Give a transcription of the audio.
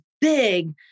big